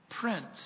Prince